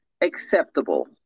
acceptable